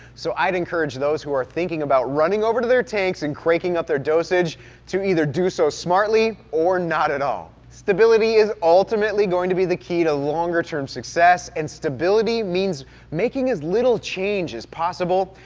so i'd encourage those who are thinking about running over to their tanks and cranking up their dosage to either do so smartly or not at all. stability is ultimately going to be the key to longer term success, and stability means making as little change as possible,